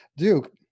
Duke